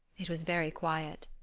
it was very quiet.